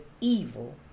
evil